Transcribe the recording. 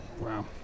Wow